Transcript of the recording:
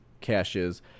caches